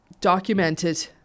documented